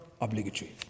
obligatory